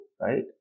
right